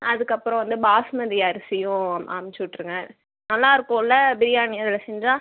அதுக்கப்புறம் வந்து பாஸ்மதி அரிசியும் அம் அனுப்ச்சிவிட்ருங்க நல்லாயிருக்கும்ல பிரியாணி அதில் செஞ்சால்